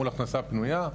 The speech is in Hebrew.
מול הכנסה פנויה,